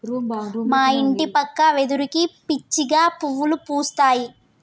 మా ఇంటి పక్క వెదురుకి పిచ్చిగా పువ్వులు పూస్తాయి